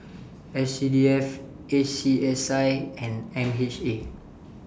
S C D F A C S I and M H A